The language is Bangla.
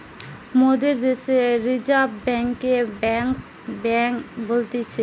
মোদের দ্যাশে রিজার্ভ বেঙ্ককে ব্যাঙ্কার্স বেঙ্ক বলতিছে